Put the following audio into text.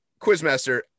Quizmaster